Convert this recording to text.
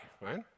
Right